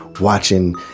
watching